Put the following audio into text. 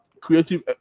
creative